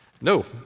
No